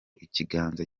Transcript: ikiganza